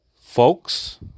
folks